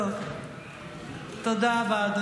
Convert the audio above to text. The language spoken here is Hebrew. תודה רבה.